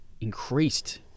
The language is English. increased